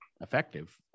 effective